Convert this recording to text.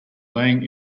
laying